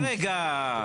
רגע.